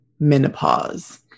menopause